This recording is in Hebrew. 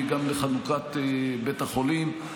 גם לחנוכת בית החולים.